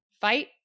fight